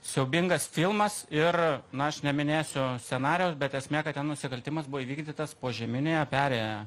siaubingas filmas ir na aš neminėsiu scenarijaus bet esmė kad ten nusikaltimas buvo įvykdytas požeminėje perėjoje